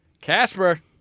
Casper